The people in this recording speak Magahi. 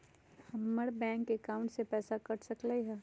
हमर बैंक अकाउंट से पैसा कट सकलइ ह?